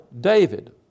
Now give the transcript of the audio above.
David